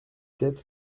sept